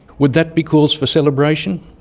would that be cause for celebration?